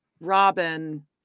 Robin